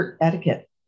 etiquette